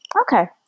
Okay